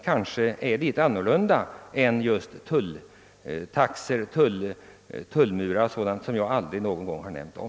Det är något annat än tulltaxor och tullmurar. Några sådana har jag aldrig nämnt något om.